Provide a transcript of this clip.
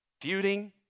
feuding